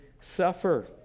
suffer